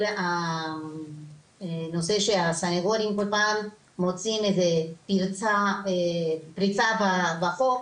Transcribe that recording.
הנושא שהסניגורים בכל פעם מוצאים איזה פרצה בחוק,